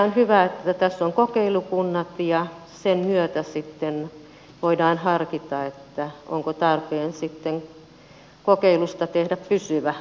on hyvä että tässä on kokeilukunnat ja sen myötä voidaan sitten harkita onko tarpeen kokeilusta tehdä pysyvä toimenpide